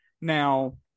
Now